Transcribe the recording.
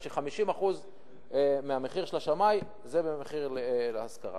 ש-50% מהמחיר של השמאי זה במחיר להשכרה.